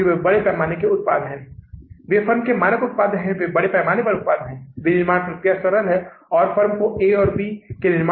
इसलिए हम इस बजट आय विवरण के पहले प्रारूप को तैयार करेंगे और बजटीय आय विवरण का प्रारूप कुछ इस प्रकार होगा